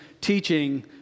teaching